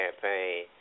campaign